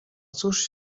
cóż